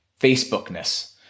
Facebookness